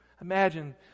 Imagine